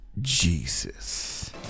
Jesus